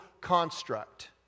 construct